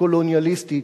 הקולוניאליסטית,